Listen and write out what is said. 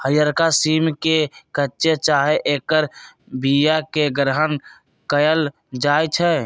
हरियरका सिम के कच्चे चाहे ऐकर बियाके ग्रहण कएल जाइ छइ